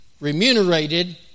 remunerated